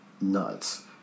nuts